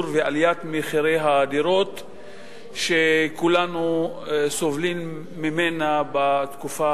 ועליית מחירי הדירות שכולנו סובלים ממנה בתקופה